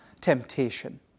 temptation